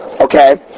Okay